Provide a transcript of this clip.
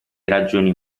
ragioni